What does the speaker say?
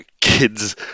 kids